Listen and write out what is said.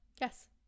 Yes